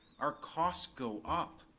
our costs go up.